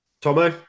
Tommy